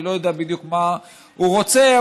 אני לא בדיוק מה הוא רוצה,